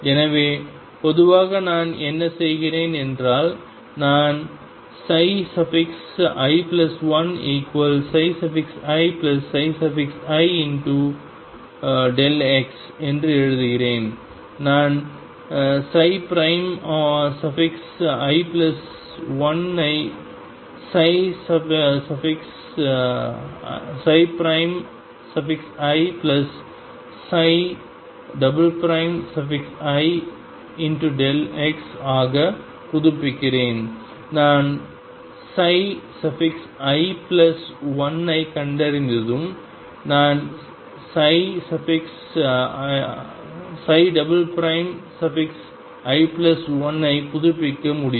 எனவே பொதுவாக நான் என்ன செய்கிறேன் என்றால் நான் i1ii x என்று எழுதுகிறேன் நான் i1 ஐ ii Δx ஆக புதுப்பிக்கிறேன் நான் i1 ஐக் கண்டறிந்ததும் நான் i1 ஐ புதுப்பிக்க முடியும்